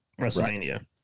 WrestleMania